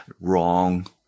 Wrong